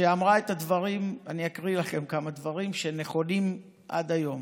שאמרה לפני שנתיים את הדברים שנכונים עד היום: